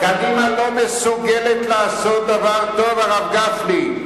קדימה לא מסוגלת לעשות דבר טוב, הרב גפני.